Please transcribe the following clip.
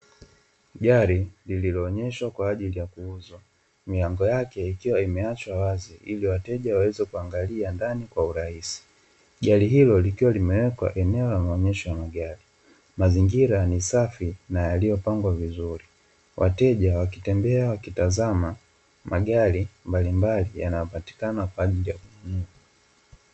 Gari lililoonyeshwa kwa ajili ya kuuzwa, milango yake ikiwa imeachwa wazi ili wateja waweze kuangalia ndani kwa urahisi. Gari hilo likiwa limewekwa eneo la maonyesho ya magari. Mazingira ni safi na yaliyopangwa vizuri. Wateja wakitembea wakitazama magari mbalimbali yanayopatikana kwa ajili ya kununua.